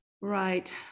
Right